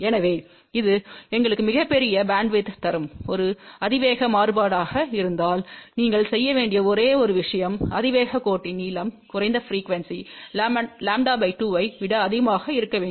எனவே இது எங்களுக்கு மிகப்பெரிய பேண்ட்வித்யைத் தரும் ஒரு அதிவேக மாறுபாடாக இருந்தால் நீங்கள் செய்ய வேண்டிய ஒரே விஷயம் அதிவேகக் கோட்டின் நீளம் குறைந்த ப்ரீக்குவெண்ஸி λ 2 ஐ விட அதிகமாக இருக்க வேண்டும்